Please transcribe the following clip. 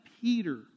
Peter